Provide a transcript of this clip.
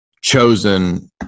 chosen